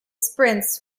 sprints